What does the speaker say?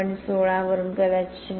16 वरून कदाचित 0